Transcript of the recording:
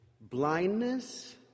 Blindness